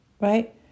Right